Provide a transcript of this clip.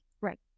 Right